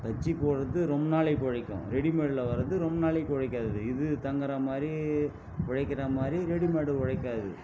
தைச்சி போடுறது ரொம்ப நாளைக்கு உழைக்கும் ரெடிமேட்டில் வர்றது ரொம்ப நாளைக்கு உழைக்காது இது தங்கிற மாதிரி உழைக்கிற மாதிரி ரெடிமேடு உழைக்காது